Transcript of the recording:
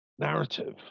narrative